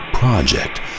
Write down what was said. Project